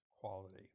quality